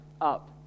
up